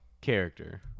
character